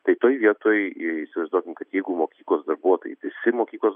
tai toj vietoj įsivaizduokim kad jeigu mokyklos darbuotojai visi mokyklos